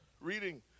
reading